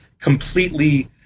completely